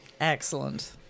Excellent